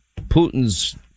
Putin's